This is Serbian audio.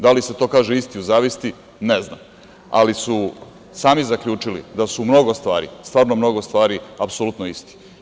Da li se to kaže isti u zavisti, ne znam, ali su sami zaključili da su u mnogo stvari apsolutno isti.